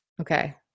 Okay